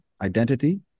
identity